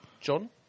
John